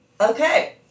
Okay